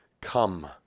come